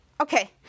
Okay